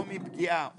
או מפגיעה,